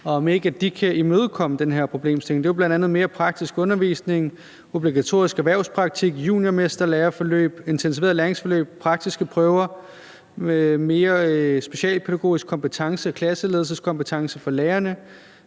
og om ikke de kan imødekomme den her problemstilling. Det var bl.a. mere praktisk undervisning, obligatorisk erhvervspraktik, juniormesterlæreforløb, intensiverede læringsforløb, praktiske prøver, mere specialpædagogisk kompetence og klasseledelseskompetence for lærerne,